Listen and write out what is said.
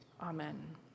Amen